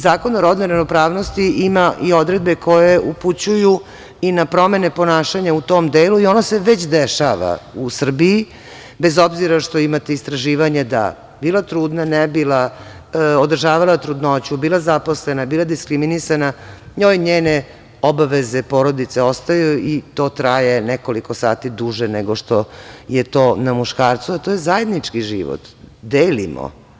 Zakon o rodnoj ravnopravnosti ima i odredbe koje upućuju i na promene ponašanja u tom delu i ono se već dešava u Srbiji, bez obzira što imate istraživanje da bila trudna, ne bila, održavala trudnoću, bila zaposlena, bila diskriminisana, njoj njene obaveze porodice ostaju i to traje nekoliko sati duže nego što je to na muškarcu, a to je zajednički život, delimo.